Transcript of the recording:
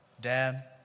dad